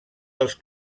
dels